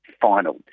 final